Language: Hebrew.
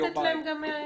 צריך לתת להם גם אופק.